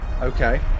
okay